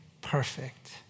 perfect